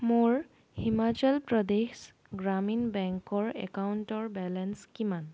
মোৰ হিমাচল প্ৰদেশ গ্ৰামীণ বেংকৰ একাউণ্টৰ বেলেঞ্চ কিমান